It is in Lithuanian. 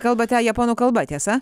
kalbate japonų kalba tiesa